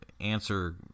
answer